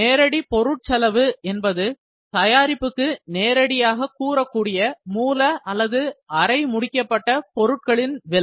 நேரடி பொருள் செலவு என்பது தயாரிப்புக்கு நேரடியாகக் கூறக்கூடிய மூல அல்லது அரை முடிக்கப்பட்ட பொருட்களின் விலை